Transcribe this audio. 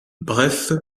bref